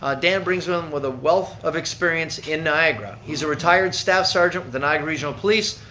ah dan brings with him with a wealth of experience in niagara. he's a retired staff sergeant with the niagara regional police,